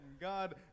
God